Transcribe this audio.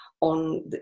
on